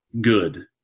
good